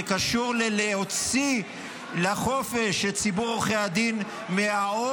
זה קשור להוציא לחופש את ציבור עורכי הדין מהעול